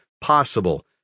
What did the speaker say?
Possible